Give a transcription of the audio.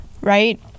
right